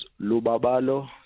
Lubabalo